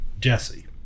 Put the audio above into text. Jesse